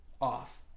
off